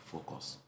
focus